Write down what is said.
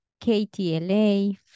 KTLA